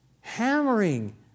hammering